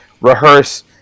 rehearse